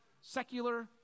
secular